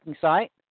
site